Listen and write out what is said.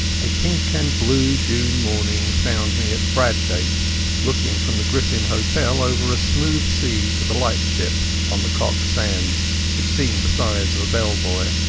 a pink and blue june morning found me at bradgate looking from the griffin hotel over a smooth sea to the lightship on the cock sands which seemed the size of a bell-buoy.